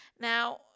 now